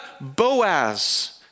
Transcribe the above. Boaz